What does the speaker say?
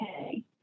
okay